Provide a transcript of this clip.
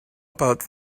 about